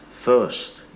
first